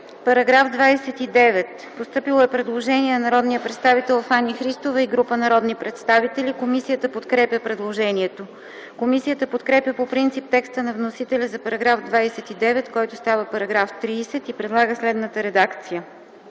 Параграф 28. Постъпило е предложение на народния представител Фани Христова и група народни представители. Комисията подкрепя предложението. Комисията подкрепя по принцип текста на вносителя за § 28, който става § 29 и предлага следната редакция: